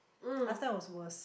last time was worse